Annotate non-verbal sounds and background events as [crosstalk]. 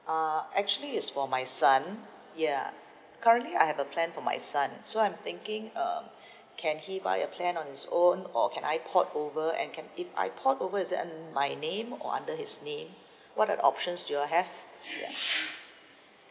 uh actually is for my son ya currently I have a plan for my son so I'm thinking um [breath] can he buy a plan on his own or can I port over and can if I port over is that my name or under his name what're the options do you have ya